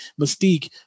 mystique